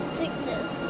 sickness